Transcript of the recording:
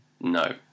No